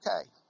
okay